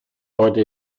heute